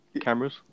cameras